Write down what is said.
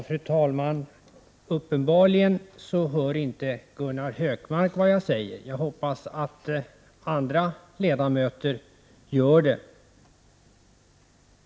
Fru talman! Uppenbarligen hör inte Gunnar Hökmark vad jag säger. Jag hoppas att andra ledamöter gör det.